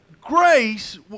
grace